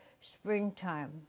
springtime